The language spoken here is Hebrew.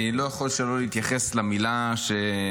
אני לא יכול שלא להתייחס למילה שציינת,